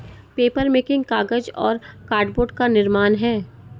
papermaking कागज और cardboard का निर्माण है